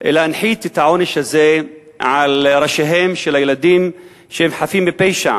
להנחית את העונש הזה על ראשיהם של הילדים שהם חפים מפשע.